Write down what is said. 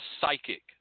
psychic